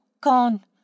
gone